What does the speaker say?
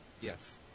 Yes